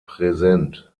präsent